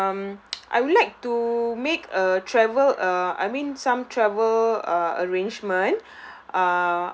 um I'd like to make a travel uh I mean some travel uh arrangement